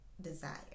desire